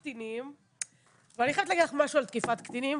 פנים ומשרד הבריאות הצבת שוטרים בבתי החולים הכלליים,